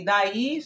Daí